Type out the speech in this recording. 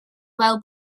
fel